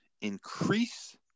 increase